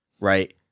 Right